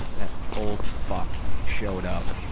that old fuck showed up.